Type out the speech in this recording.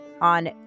on